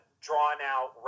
drawn-out